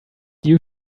due